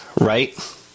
right